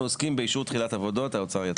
אנחנו עוסקים באישור תחילת עבודות, האוצר יציג.